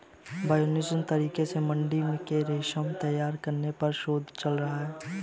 biosynthetic तरीके से मकड़ी के रेशम तैयार करने पर शोध चल रहा है